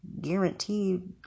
guaranteed